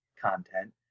content